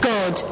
God